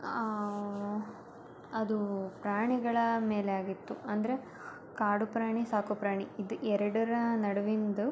ಅದು ಪ್ರಾಣಿಗಳ ಮೇಲೆ ಆಗಿತ್ತು ಅಂದರೆ ಕಾಡು ಪ್ರಾಣಿ ಸಾಕು ಪ್ರಾಣಿ ಇದು ಎರಡರ ನಡುವಿನದು